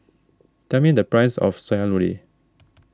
tell me the price of Sayur Lodeh